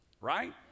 Right